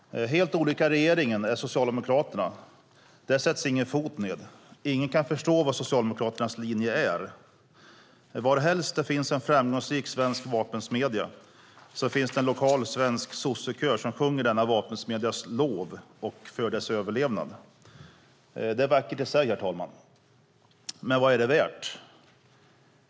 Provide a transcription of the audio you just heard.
Helt olik regeringen är Socialdemokraterna. Där sätts ingen fot ned. Ingen kan förstå vad Socialdemokraternas linje är. Varhelst det finns en framgångsrik svensk vapensmedja finns en lokal svensk sossekör som sjunger denna vapensmedjas lov och för dess överlevnad. Det är vackert i sig, herr talman, med vad är det värt?